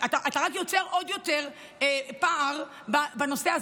אתה רק יוצר עוד יותר פער בנושא הזה,